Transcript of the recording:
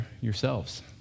yourselves